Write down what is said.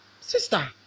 Sister